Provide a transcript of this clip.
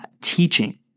teaching